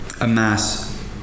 amass